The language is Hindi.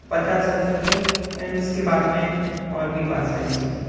पता चल सके एन उसके बाद में और भी बहुत सारी चीज हैं